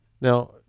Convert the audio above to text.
Now